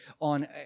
on